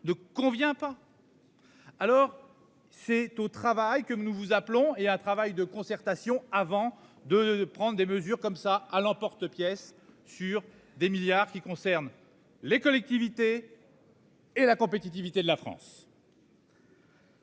de convient pas.-- Alors c'est au travail que nous vous appelons et un travail de concertation avant de prendre des mesures comme ça à l'emporte-pièce sur des milliards qui concerne les collectivités.-- Et la compétitivité de la France.